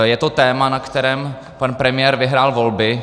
Je to téma, na kterém pan premiér vyhrál volby.